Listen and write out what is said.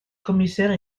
commissaire